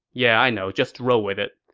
yeah i know. just roll with it.